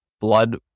blood